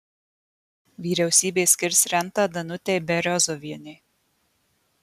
vyriausybė skirs rentą danutei beriozovienei